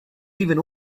even